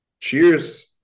Cheers